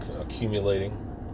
accumulating